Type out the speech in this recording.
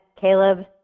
Caleb